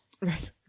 Right